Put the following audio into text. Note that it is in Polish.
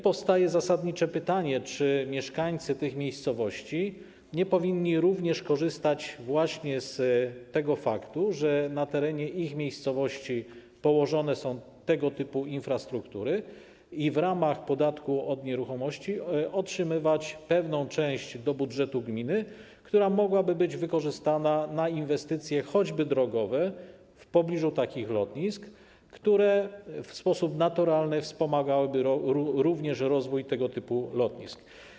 Powstaje zasadnicze pytanie: Czy mieszkańcy tych miejscowości nie powinni również korzystać właśnie z tego faktu, że na terenie ich miejscowości położone są tego typu infrastruktury, i w ramach podatku od nieruchomości otrzymywać pewnej części do budżetu gminy, która mogłaby być wykorzystana na inwestycje choćby drogowe w pobliżu takich lotnisk, które w sposób naturalny wspomagałyby również rozwój tego typu lotnisk?